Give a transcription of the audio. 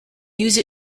use